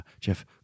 Jeff